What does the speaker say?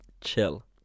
chill